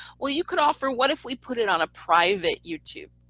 well, you could offer what if we put it on a private youtube?